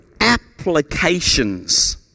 applications